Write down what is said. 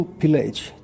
pillage।